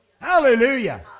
Hallelujah